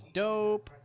dope